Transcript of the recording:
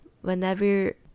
Whenever